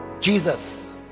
Jesus